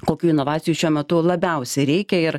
kokių inovacijų šiuo metu labiausiai reikia ir